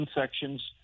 sections